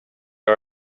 you